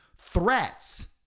threats